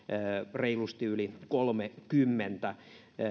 reilusti yli kolmekymmentä